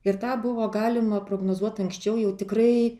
ir tą buvo galima prognozuot anksčiau jau tikrai